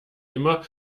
immer